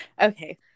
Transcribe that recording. Okay